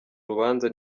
rubanza